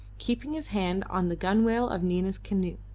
keeping his hand on the gunwale of nina's canoe.